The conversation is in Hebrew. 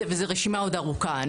זו רשימה ארוכה.